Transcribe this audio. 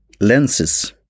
lenses